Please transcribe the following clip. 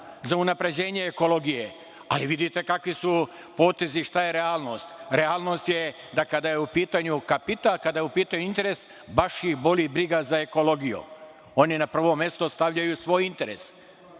za unapređenje ekologije, ali, vidite kakvi su potezi i šta je realnost. Realnost je da kada je u pitanju kapital, kada je u pitanju interes, baš ih boli briga za ekologiju. Oni na prvo mesto stavljaju svoj interes.